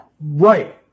Right